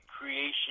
Creation